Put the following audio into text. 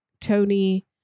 tony